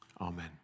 Amen